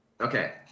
Okay